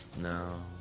No